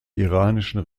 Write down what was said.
iranischen